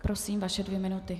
Prosím, vaše dvě minuty.